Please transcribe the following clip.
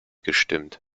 gestimmt